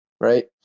right